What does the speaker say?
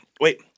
Wait